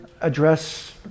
address